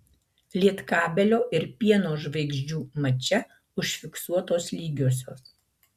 lietkabelio ir pieno žvaigždžių mače užfiksuotos lygiosios